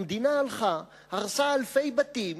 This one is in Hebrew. המדינה הלכה, הרסה אלפי בתים,